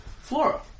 Flora